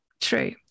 true